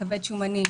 כבד שומני,